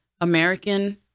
American